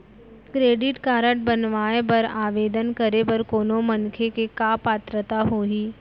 Credit card बनवाए बर आवेदन करे बर कोनो मनखे के का पात्रता होही?